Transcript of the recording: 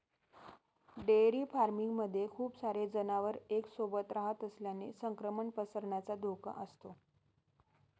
dairy farming मध्ये खूप सारे जनावर एक सोबत रहात असल्याने संक्रमण पसरण्याचा धोका असतो